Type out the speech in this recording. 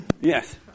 Yes